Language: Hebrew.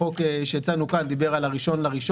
החוק שהצענו כאן דיבר על 1.1,